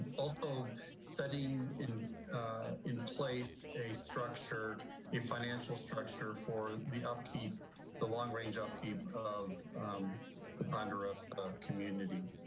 also setting in in place a structure a financial structure for the upkeep the long range upkeep of the partner ah ah community.